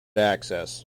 access